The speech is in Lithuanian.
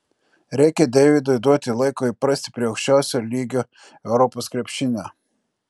reikia deividui duoti laiko įprasti prie aukščiausio lygio europos krepšinio